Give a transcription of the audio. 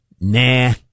Nah